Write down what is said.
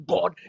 God